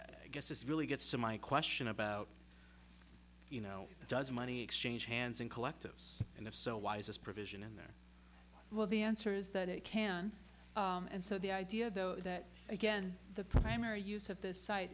i guess this really gets to my question about you know does money exchanged hands in collectives and if so why is this provision in there well the answer is that it can and so the idea though that again the primary use of this site